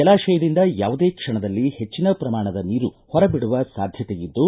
ಜಲಾಶಯದಿಂದ ಯಾವುದೇ ಕ್ಷಣದಲ್ಲಿ ಹೆಚ್ಚಿನ ಶ್ರಮಾಣದ ನೀರು ಹೊರ ಬಿಡುವ ಸಾಧ್ಯತೆ ಇದ್ದು